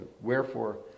wherefore